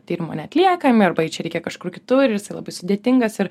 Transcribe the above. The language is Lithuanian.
tyrimo neatliekam arba jį čia reikia kažkur kitur ir jis labai sudėtingas ir